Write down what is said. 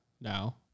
now